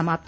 समाप्त